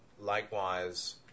likewise